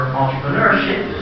entrepreneurship